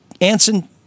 Anson